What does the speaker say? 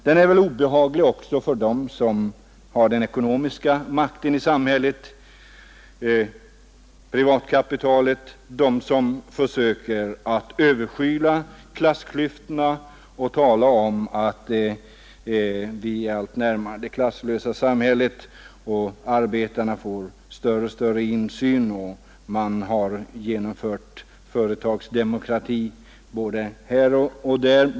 Den är väl obehaglig också för dem som har den ekonomiska makten i samhället — privatkapitalet — som försöker att överskyla klassklyftorna och tala om att vi är allt närmare det klasslösa samhället, att arbetarna får större och större insyn och att man har genomfört företagsdemokrati både här och där.